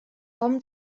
tom